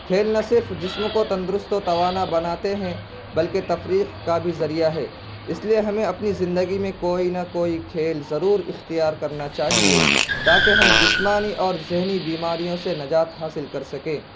کھیل نہ صرف جسم کو تندرست و توانا بناتے ہیں بلکہ تفریح کا بھی ذریعہ ہے اس لیے ہمیں اپنی زندگی میں کوئی نہ کوئی کھیل ضرور اختیار کرنا چاہیے تاکہ ہم جسمانی اور ذہنی بیماریوں سے نجات حاصل کر سکیں